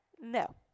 No